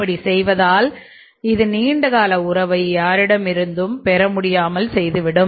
இப்படி செய்வதால் இது நீண்ட கால உறவை யாரிடமிருந்தும் பெற முடியாமல் செய்துவிடும்